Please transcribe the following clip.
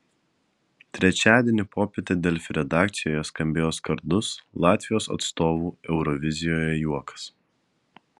trečiadienio popietę delfi redakcijoje skambėjo skardus latvijos atstovų eurovizijoje juokas